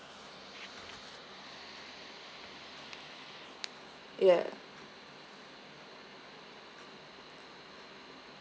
yeah